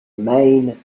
main